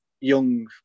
young